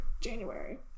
January